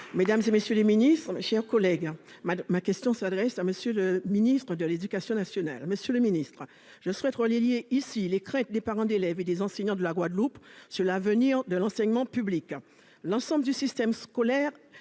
Jasmin, pour le groupe socialiste et républicain. Ma question s'adresse à M. le ministre de l'éducation nationale. Monsieur le ministre, je souhaite relayer ici les craintes des parents d'élèves et des enseignants de la Guadeloupe sur l'avenir de l'enseignement public. L'ensemble du système scolaire